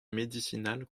médicinales